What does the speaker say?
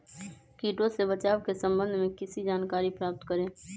किटो से बचाव के सम्वन्ध में किसी जानकारी प्राप्त करें?